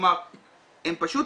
הם פשוט